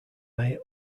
may